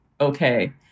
okay